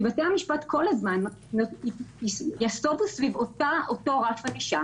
כי בתי המשפט כל הזמן יסובו סביב אותו רף ענישה